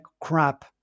crap